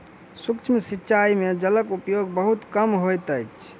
सूक्ष्म सिचाई में जलक उपयोग बहुत कम होइत अछि